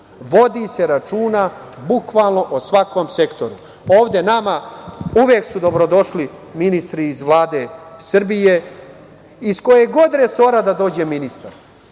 Vodi se računa bukvalno o svakom sektoru. Ovde su nama uvek dobrodošli ministri iz Vlade Srbije, iz kojeg god resora da dođe ministar,